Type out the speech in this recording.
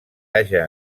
haja